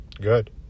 good